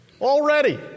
Already